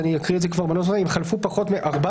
אקריא את זה כבר בנוסח: אם חלפו פחות מארבע